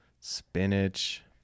spinach